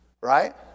Right